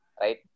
right